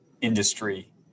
industry